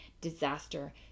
Disaster